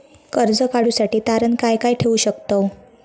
कर्ज काढूसाठी तारण काय काय ठेवू शकतव?